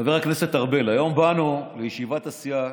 חבר הכנסת ארבל, היום באנו לישיבת הסיעה,